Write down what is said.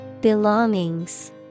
Belongings